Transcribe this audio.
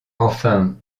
enfin